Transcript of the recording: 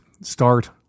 start